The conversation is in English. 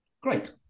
Great